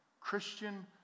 Christian